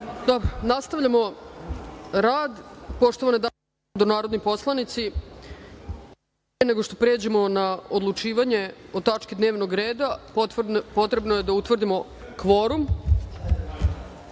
Nastavljamo rad. Poštovani narodni poslanici, pre nego što pređemo na odlučivanje o tački dnevnog reda, potrebno je da utvrdimo kvorum. Molim